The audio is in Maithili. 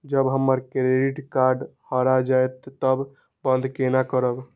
जब हमर क्रेडिट कार्ड हरा जयते तब बंद केना करब?